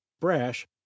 brash